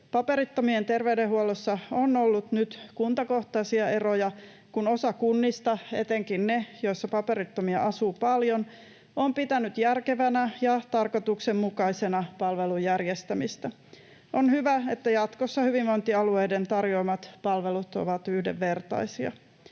Paperittomien terveydenhuollossa on ollut nyt kuntakohtaisia eroja, kun osa kunnista — etenkin ne, joissa paperittomia asuu paljon — on pitänyt järkevänä ja tarkoituksenmukaisena palvelun järjestämistä. On hyvä, että jatkossa hyvinvointialueiden tarjoa-mat palvelut ovat yhdenvertaisia.